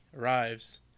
arrives